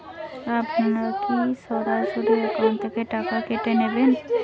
আপনারা কী সরাসরি একাউন্ট থেকে টাকা কেটে নেবেন?